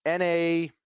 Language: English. NA